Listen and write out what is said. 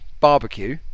barbecue